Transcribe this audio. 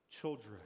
children